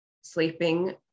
sleeping